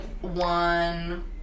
one